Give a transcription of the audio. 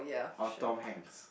or Tom-Hanks